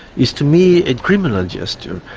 is to me a criminal gesture,